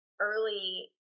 early